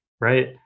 right